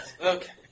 Okay